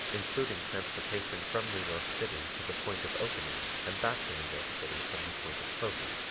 including transportation from new york city to the point of opening and back to new york city from the point of closing